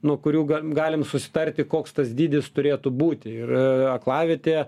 nuo kurių gal galim susitarti koks tas dydis turėtų būti ir aklavietę